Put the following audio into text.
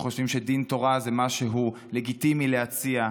שחושבים שדין תורה זה משהו לגיטימי להציע,